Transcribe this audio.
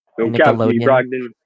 Nickelodeon